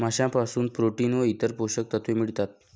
माशांपासून प्रोटीन व इतर पोषक तत्वे मिळतात